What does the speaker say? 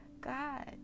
God